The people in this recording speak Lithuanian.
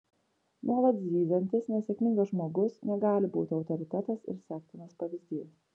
nuolat zyziantis nesėkmingas žmogus negali būti autoritetas ir sektinas pavyzdys